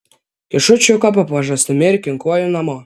kišu čiuką po pažastimi ir kinkuoju namo